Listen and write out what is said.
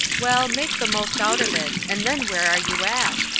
well, make the most out of it, and then where are you at?